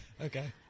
Okay